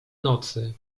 nocy